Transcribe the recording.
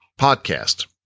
podcast